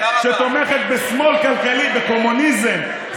תומכת בשמאל כלכלי וקומוניזם.